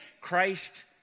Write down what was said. Christ